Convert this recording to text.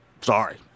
Sorry